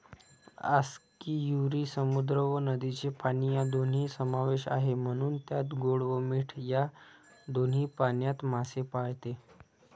आस्कियुरी समुद्र व नदीचे पाणी या दोन्ही समावेश आहे, म्हणून त्यात गोड व मीठ या दोन्ही पाण्यात मासे पाळते